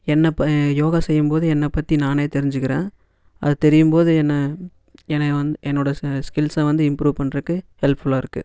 என்னை ப யோகா செய்யும்போது என்னை பற்றி நானே தெரிஞ்சிக்கிறேன் அது தெரியும்போது என்னை என்னை வந் என்னோடய ஸ ஸ்கில்ஸை வந்து இம்ப்ரூவ் பண்றதுக்கு ஹெல்ப்ஃபுல்லாக இருக்குது